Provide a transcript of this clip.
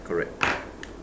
correct